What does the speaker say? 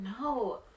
No